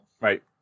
Right